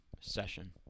session